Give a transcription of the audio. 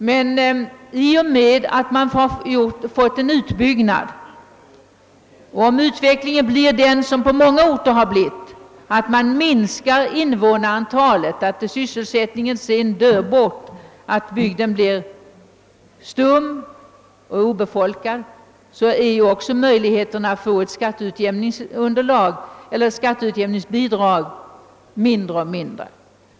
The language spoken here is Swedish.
Men i och med att man fått en utbyggnad färdig — om utvecklingen blir densamma som på många andra orter, minskas invånarantalet, sysselsättningen dör bort, bygden blir stum och obefolkad — så blir ock så möjligheterna att få skatteutjämningsbidrag mindre och mindre.